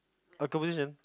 our conversation